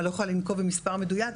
אני לא יכולה לנקוב במספר מדויק,